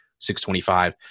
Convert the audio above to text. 625